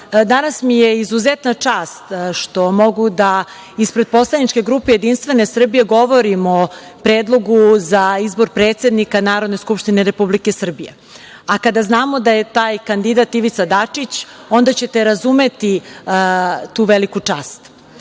danas mi je izuzetna čast što mogu da ispred poslaničke grupe JS govorim o predlogu za izbor predsednika Narodne skupštine Republike Srbije, a kada znamo da je taj kandidat Ivica Dačić, onda ćete razumeti tu veliku čast.O